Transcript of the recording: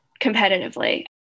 competitively